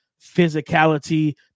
physicality